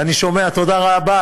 ואני שומע: תודה רבה,